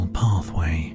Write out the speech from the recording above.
pathway